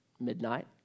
midnight